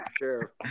sure